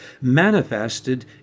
manifested